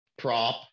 prop